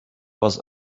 was